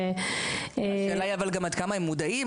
אבל השאלה היא עד כמה הם מודעים.